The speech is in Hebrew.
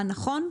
הנכון?